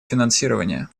финансирования